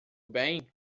bem